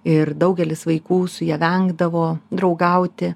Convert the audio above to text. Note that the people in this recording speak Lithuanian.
ir daugelis vaikų su ja vengdavo draugauti